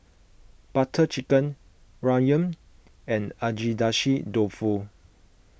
Butter Chicken Ramyeon and Agedashi Dofu